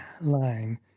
line